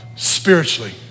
spiritually